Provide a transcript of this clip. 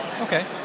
Okay